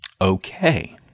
Okay